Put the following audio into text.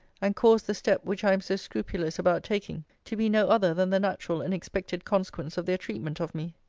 and caused the step which i am so scrupulous about taking, to be no other than the natural and expected consequence of their treatment of me